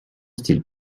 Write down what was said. style